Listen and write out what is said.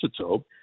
isotope